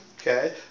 Okay